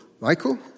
Michael